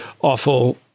awful